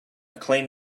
clean